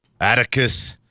Atticus